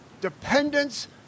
dependence